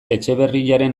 etxeberriaren